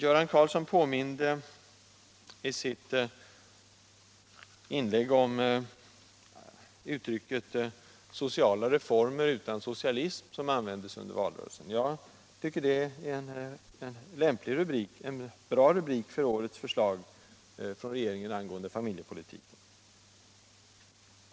Göran Karlsson påminde i sitt inlägg om uttrycket ”sociala reformer utan socialism” som användes under valrörelsen. Jag tycker att det är en bra rubrik på årets förslag från regeringen angående familjepolitiken.